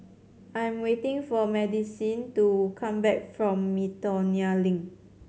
I am waiting for Madisyn to come back from Miltonia Link